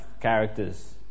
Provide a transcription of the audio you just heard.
characters